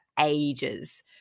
ages